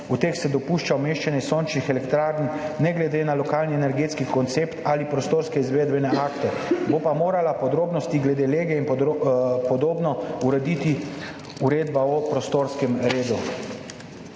v teh se dopušča umeščanje sončnih elektrarn ne glede na lokalni energetski koncept ali prostorske izvedbene akte, bo pa morala podrobnosti glede lege in podobno urediti Uredba o prostorskem redu